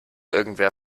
irgendwer